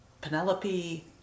Penelope